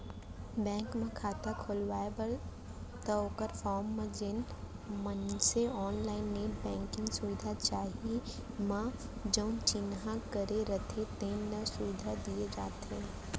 bank म खाता खोलवाबे त ओकर फारम म जेन मनसे ऑनलाईन नेट बेंकिंग सुबिधा चाही म जउन चिन्हा करे रथें तेने ल सुबिधा दिये जाथे